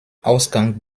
ausgang